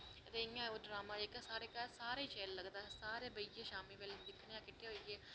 चाल्लां चलने आह्ली इयां गंदा ड्रामा साढ़े घर सारें गी गै शैल लगदा सारे शाम्मी बेल्लै बेहियै दिक्खने आं किट्ठे होइयै